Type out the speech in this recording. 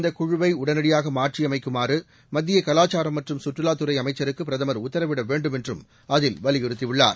இந்தக் குழுவை உடனடியாக மாற்றியமைக்குமாறு மத்திய கலாச்சாரம் மற்றும் சுற்றுலாத் துறை அமைச்சருக்கு பிரதமர் உத்தரவிட வேண்டும் என்று அதில் வலியுறுத்தியுள்ளார்